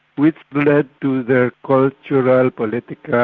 which led to the cultural political,